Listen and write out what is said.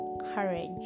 courage